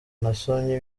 nasomye